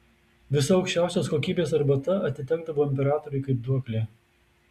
visa aukščiausios kokybės arbata atitekdavo imperatoriui kaip duoklė